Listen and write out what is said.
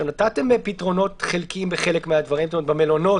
נתתם פתרונות חלקיים בחלק מהדברים במלונות,